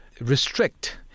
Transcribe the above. restrict